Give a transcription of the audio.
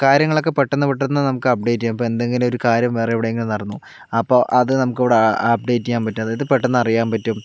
കാര്യങ്ങളൊക്കെ പെട്ടെന്ന് പെട്ടെന്ന് നമുക്ക് അപ്ഡേറ്റ് ചെയ്യാം ഇപ്പോൾ എന്തെങ്കിലും ഒരു കാര്യം വേറെ എവിടെയെങ്കിലും നടന്നു അപ്പോൾ അതു നമുക്കിവിടെ അപ്ഡേറ്റ് ചെയ്യാൻ പറ്റും അതായത് പെട്ടെന്ന് അറിയാൻ പറ്റും